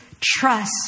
trust